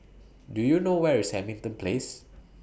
Do YOU know Where IS Hamilton Place